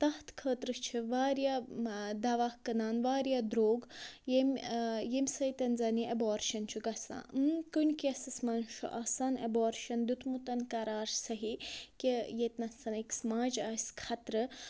تَتھ خٲطرٕ چھِ واریاہ دوا کٕنان واریاہ درٛوٚگ ییٚمہِ ییٚمہِ سۭتۍ زَنہٕ یہِ اٮ۪بارشَن چھُ گژھان کُنہِ کیسَس منٛز چھُ آسان اٮ۪بارشَن دیُمُت قرار صحیح کہِ ییٚتہِ نَس أکِس ماجہِ آسہِ خطرٕ